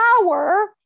power